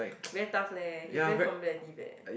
very tough leh it's very competitive leh